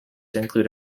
include